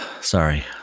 sorry